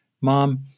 Mom